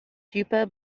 pupa